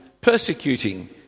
persecuting